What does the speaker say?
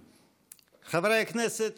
חברי הכנסת,